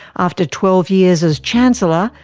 after twelve years as chancellor,